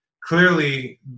clearly